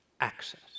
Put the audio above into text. Access